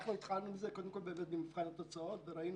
קודם כל, במבחן התוצאות ראינו